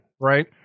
right